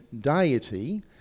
deity